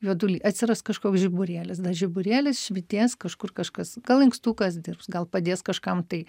juoduly atsiras kažkoks žiburėlis tas žiburėlis švytės kažkur kažkas gal inkstukas dirbs gal padės kažkam tai